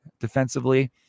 defensively